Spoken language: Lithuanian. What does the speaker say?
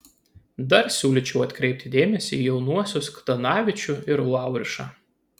dar siūlyčiau atkreipti dėmesį į jaunuosius kdanavičių ir laurišą